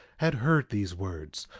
had heard these words,